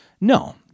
no